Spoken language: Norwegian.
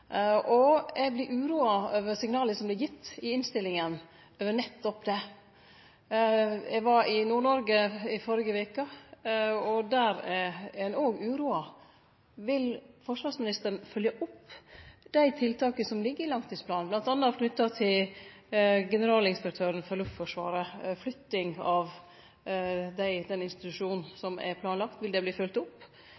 forsvarsministeren. Eg vert uroa over signala som vert gitt i innstillinga over nettopp det. Eg var i Nord-Noreg i førre veke, og der er ein òg uroa. Vil forsvarsministeren følgje opp dei tiltaka som ligg i langtidsplanen, bl.a. knytt til Generalinspektøren for Luftforsvaret? Flytting av den institusjonen